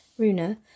Runa